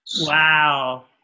Wow